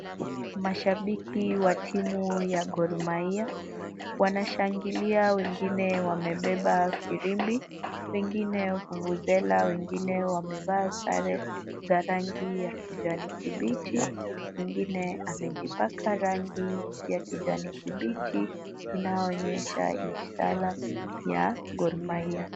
Mashabiki wa timu ya Gor Mahia wanashangilia, wengine wamebeba firimbi, wengine vuvuzela , wengine wamevaa sare za rangi ya kijani kibichi, mwingine amejipaka rangi ya kijani kibichi inayoonyesha ishara ya Gor Mahia.